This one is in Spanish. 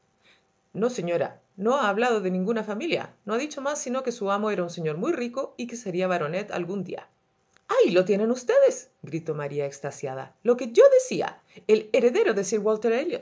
no señora no ha hablado de ninguna familia no ha dicho más sino que su amo era un señor muy rico y que sería baronet algún día ahí lo tienen ustedes gritó maría extasiada lo que yo decía el heredero